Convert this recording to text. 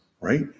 right